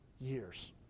years